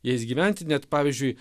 jais gyventi net pavyzdžiui